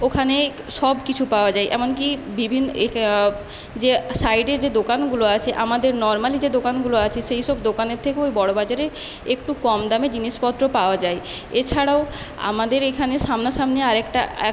ওখানে সব কিছু পাওয়া যায় এমনকি যে সাইডে যে দোকানগুলো আছে আমাদের নর্মালি যে দোকানগুলো আছে সেইসব দোকানের থেকেও ঐ বড়ো বাজারে একটু কম দামে জিনিসপত্র পাওয়া যায় এছাড়াও আমাদের এখানে সামনাসামনি আরেকটা এক